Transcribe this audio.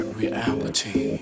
reality